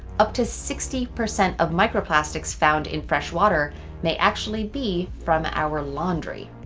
up to sixty percent of microplastics found in fresh water may actually be from our laundry.